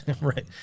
Right